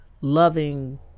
loving